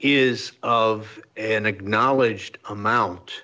is of an acknowledged amount